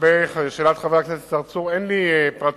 לגבי שאלת חבר הכנסת צרצור, אין לי פרטים.